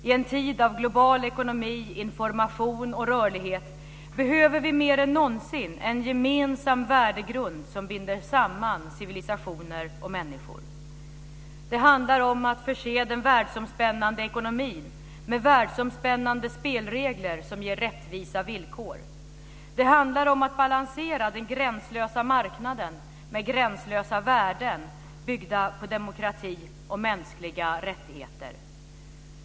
I en tid av global ekonomi, information och rörlighet behöver vi, mer än någonsin, en gemensam värdegrund som binder samman civilisationer och människor. Det handlar om att förse den världsomspännande ekonomin med världsomspännande spelregler som ger rättvisa villkor. Det handlar om att balansera den gränslösa marknaden med gränslösa värden, byggda på demokrati och mänskliga rättigheter.